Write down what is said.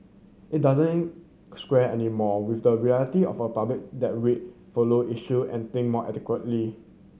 it doesn't square anymore with the reality of a public that read follow issue and think more adequately